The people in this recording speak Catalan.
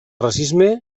racisme